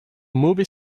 movie